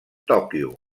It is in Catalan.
tòquio